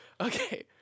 Okay